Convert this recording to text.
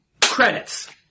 Credits